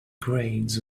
grades